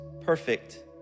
perfect